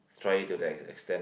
try it to that that extent